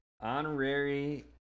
Honorary